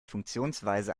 funktionsweise